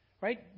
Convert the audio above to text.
Right